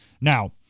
now